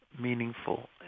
meaningful